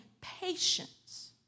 patience